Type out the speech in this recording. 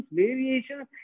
variations